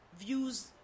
views